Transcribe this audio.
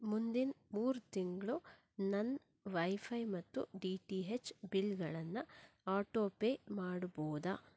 ಮುಂದಿನ ಮೂರು ತಿಂಗಳು ನನ್ನ ವೈಫೈ ಮತ್ತು ಡಿ ಟಿ ಹೆಚ್ ಬಿಲ್ಗಳನ್ನು ಆಟೋಪೇ ಮಾಡ್ಬೋದಾ